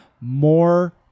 More